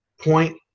point